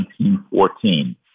1914